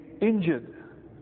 injured